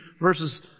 verses